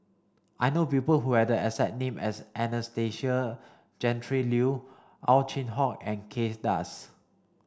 I know people who have the exact name as Anastasia Tjendri Liew Ow Chin Hock and Kay Das